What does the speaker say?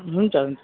हुन्छ